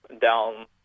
down